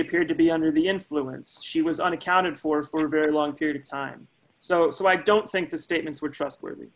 appeared to be under the influence she was unaccounted for for very long period of time so i don't think the statements were trustworthy